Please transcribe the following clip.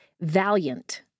valiant